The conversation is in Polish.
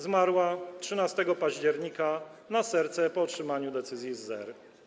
Zmarła 13 października na serce po otrzymaniu decyzji z ZER.